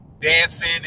Dancing